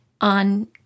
on